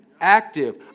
active